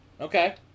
Okay